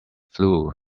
flue